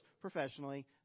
professionally